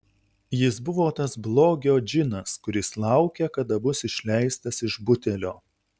jis buvo tas blogio džinas kuris laukia kada bus išleistas iš butelio